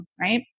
Right